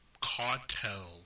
cartel